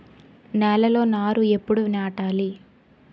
నేలలో నారు ఎప్పుడు నాటాలి?